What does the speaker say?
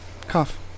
Cough